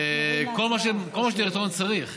כל מה שדירקטוריון צריך.